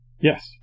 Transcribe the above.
Yes